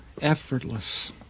effortless